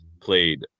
played